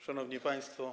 Szanowni Państwo!